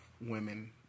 women